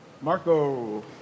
Marco